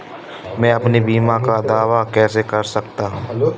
मैं अपने बीमा का दावा कैसे कर सकता हूँ?